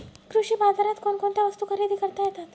कृषी बाजारात कोणकोणत्या वस्तू खरेदी करता येतात